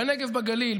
בנגב ובגליל,